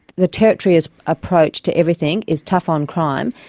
the territory's approach to everything is tough on crime,